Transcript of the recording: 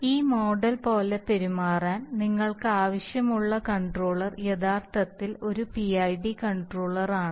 ഈ മോഡൽ പോലെ പെരുമാറാൻ നിങ്ങൾക്ക് ആവശ്യമുള്ള കൺട്രോളർ യഥാർത്ഥത്തിൽ ഒരു PID കൺട്രോളറാണ്